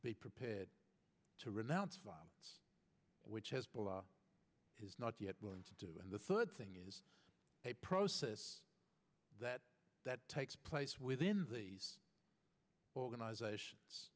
be prepared to renounce violence which hezbollah has not yet willing to do and the third thing is a process that that takes place within these organizations